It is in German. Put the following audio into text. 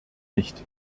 nicht